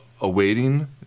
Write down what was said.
awaiting